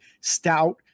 Stout